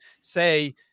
say